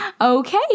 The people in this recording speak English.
Okay